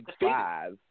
five